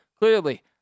clearly